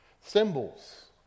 symbols